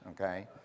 okay